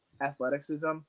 athleticism